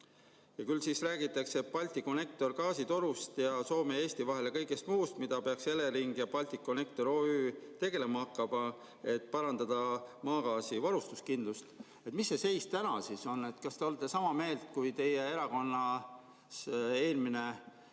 Ja siis räägitakse Balticconnector gaasitorust Soome ja Eesti vahele ja kõigest muust, mida peaks Elering ja Balticconnector OÜ tegema hakkama, et parandada maagaasivarustuskindlust. Mis seis täna on? Kas te olete sama meelt kui teie erakonna eelmine